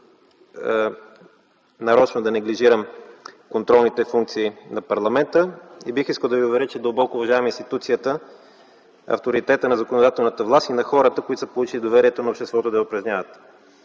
нарочно да неглижирам контролните функции на парламента. Бих искал да Ви уверя, че дълбоко уважавам институцията, авторитета на законодателната власт и на хората, които са получили доверието на обществото да я упражняват.